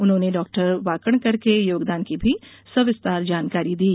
उन्होंने डॉ वाकणकर के योगदान की भी सविस्तार जानकारी दी